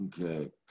Okay